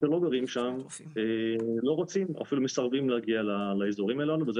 לא גרים שם לא רוצים ואפילו מסרבים להגיע לאזורים הללו וזה